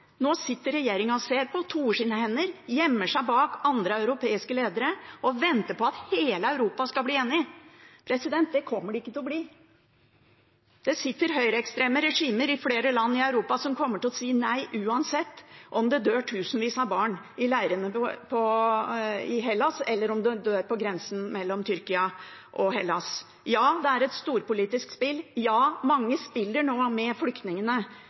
Nå sitter regjeringen og ser på, toer sine hender, gjemmer seg bak andre europeiske ledere og venter på at hele Europa skal bli enig. Det kommer de ikke til å bli. Det sitter høyreekstreme regimer i flere land i Europa som kommer til å si nei uansett, enten det dør tusenvis av barn i leirene i Hellas, eller om de dør på grensen mellom Tyrkia og Hellas. Ja, det er et storpolitisk spill, ja, mange spiller nå med flyktningene,